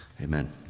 Amen